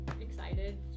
excited